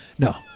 No